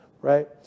right